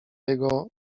jego